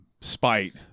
spite